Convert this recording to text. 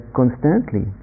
constantly